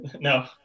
No